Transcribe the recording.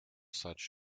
such